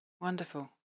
wonderful